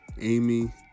Amy